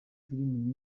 filimi